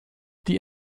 die